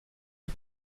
est